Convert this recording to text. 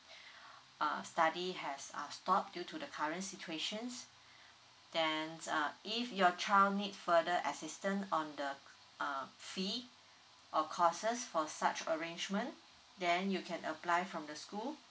uh study has uh stop due to the current situation then uh if your child need further assistant on the uh fee or courses for such arrangement then you can apply from the school